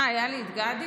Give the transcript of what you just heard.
היה לי גדי?